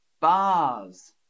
bars